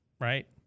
right